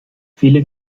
viele